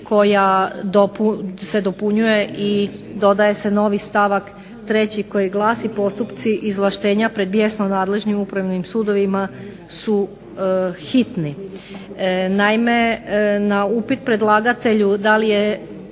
koja se dopunjuje i dodaje se novi stavak treći koji glasi: "Postupci izvlaštenja pred mjesno nadležnim upravnim sudovima su hitni." Naime, na upit predlagatelju da li je